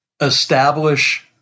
establish